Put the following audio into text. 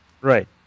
Right